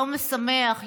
יום משמח,